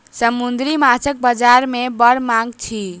समुद्री माँछक बजार में बड़ मांग अछि